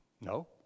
No